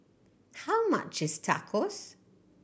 how much is Tacos